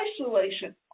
Isolation